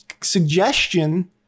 suggestion